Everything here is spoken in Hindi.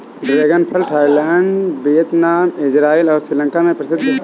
ड्रैगन फल थाईलैंड, वियतनाम, इज़राइल और श्रीलंका में प्रसिद्ध है